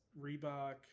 Reebok